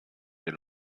der